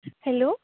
hello